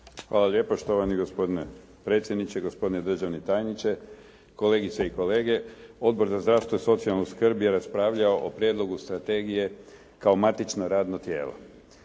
Hvala lijepa. Štovani gospodine predsjedniče, gospodine državni tajniče, kolegice i kolege. Odbor za zdravstvo i socijalnu skrb je raspravljao o Prijedlogu strategije kao matično radno tijelo.